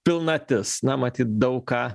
pilnatis na matyt daug ką